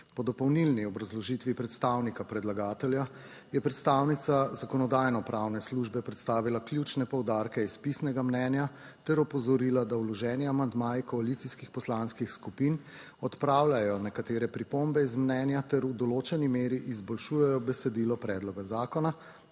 V dopolnilni obrazložitvi predstavnika predlagatelja je predstavnica zakonodajno-pravne službe predstavila ključne poudarke iz pisnega mnenja ter opozorila, da vloženi amandmaji koalicijskih poslanskih skupin odpravljajo nekatere pripombe iz mnenja ter v določeni meri izboljšujejo besedilo predloga zakona.